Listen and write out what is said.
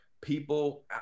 people